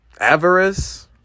Avarice